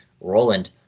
Roland